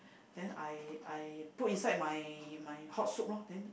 then I I put inside my my hot soup loh then